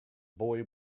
boy